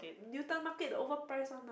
Newton Market the overpriced one